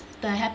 the hap~